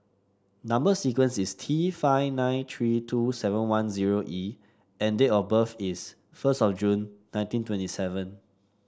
number sequence is T five nine three two seven one zero E and date of birth is first of June nineteen twenty seven